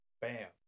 Bam